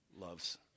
loves